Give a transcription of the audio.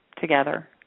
together